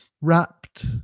Wrapped